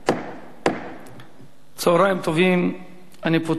לישי, ה'